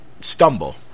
stumble